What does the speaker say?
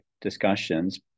discussions